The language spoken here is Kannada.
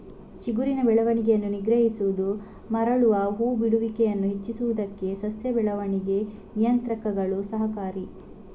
ಚಿಗುರಿನ ಬೆಳವಣಿಗೆಯನ್ನು ನಿಗ್ರಹಿಸುವುದು ಮರಳುವ ಹೂ ಬಿಡುವಿಕೆಯನ್ನು ಹೆಚ್ಚಿಸುವುದಕ್ಕೆ ಸಸ್ಯ ಬೆಳವಣಿಗೆ ನಿಯಂತ್ರಕಗಳು ಸಹಕಾರಿ